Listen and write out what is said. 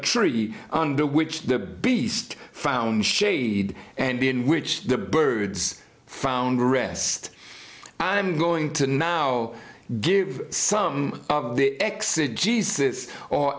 tree under which the beast found shade and be in which the birds found rest i'm going to now give some of the exit jesus or